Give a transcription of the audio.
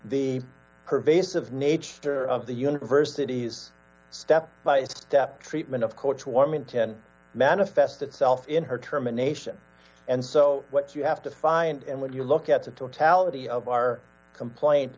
the pervasive nature of the university's step by step treatment of coach warming ten manifest itself in her terminations and so what you have to find and when you look at the totality of our complaint